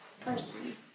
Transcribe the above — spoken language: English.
person